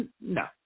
no